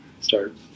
start